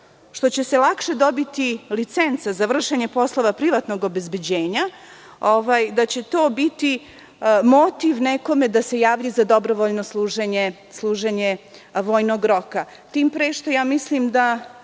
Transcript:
što će se lakše dobiti licenca za vršenje poslova privatnog obezbeđenja, da će to biti motiv nekome da se javi za dobrovoljno služenje vojnog roka, tim pre što ja mislim da